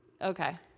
Okay